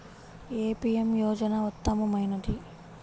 ఏ PM యోజన ఉత్తమమైనది?